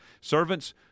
Servants